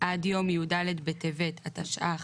עד יום יד' בטבת התשע"ח,